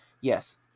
Yes